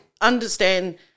understand